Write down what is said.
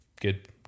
Good